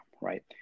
right